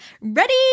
ready